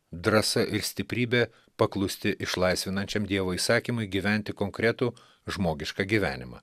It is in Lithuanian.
drąsa ir stiprybė paklusti išlaisvinančiam dievo įsakymui gyventi konkretų žmogišką gyvenimą